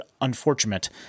unfortunate